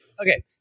Okay